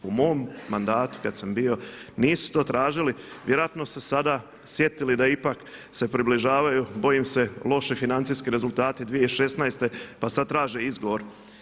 U mom mandatu kad sam bio nisu to tražili, vjerojatno su se sada sjetili da ipak se približavaju bojim se loši financijski rezultati 2016. pa sad traže izgovor.